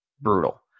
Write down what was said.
brutal